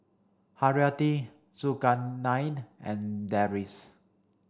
Haryati Zulkarnain and Deris